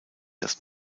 das